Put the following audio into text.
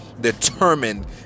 determined